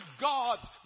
God's